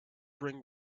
bring